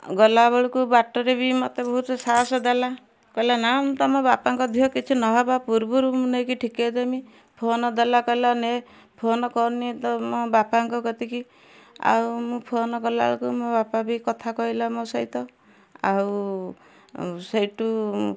ଗଲାବେଳକୁ ବାଟରେ ବି ମତେ ବହୁତ ସାହସ ଦେଲା କହିଲା ମୁଁ ତମ ବାପାଙ୍କ ଦେହ କିଛି ନହବା ପୂର୍ବରୁ ମୁଁ ନେଇକି ଠିକେଇଦେମି ଫୋନ ଦେଲା କହିଲା ନେ ଫୋନ କରନି ତମ ବାପାଙ୍କ କତିକି ଆଉ ମୁଁ ଫୋନ କଲାବେଳକୁ ମୋ ବାପା ବି କଥା କହିଲେ ମୋ ସହିତ ଆଉ ସେଇଟୁ